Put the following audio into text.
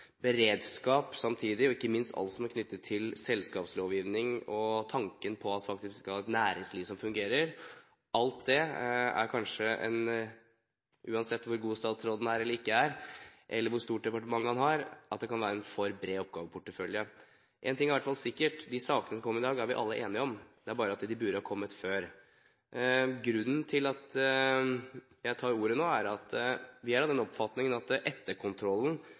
beredskap og ikke minst alt som er knyttet til selskapslovgivning og tanken på at vi faktisk skal ha et næringsliv som fungerer, samtidig, kan kanskje – uansett hvor god statsråden er eller ikke er, eller hvor stort departement han har – være en for bred oppgaveportefølje. Én ting er i hvert fall sikkert: De sakene som kommer i dag, er vi alle enige om – det er bare det at de burde kommet før. Grunnen til at jeg tar ordet nå, er at vi er av den oppfatningen at etterkontrollen